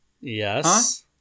Yes